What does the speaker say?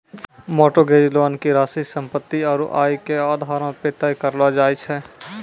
mortgage loan के राशि सम्पत्ति आरू आय के आधारो पे तय करलो जाय छै